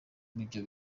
ibyo